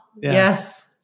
yes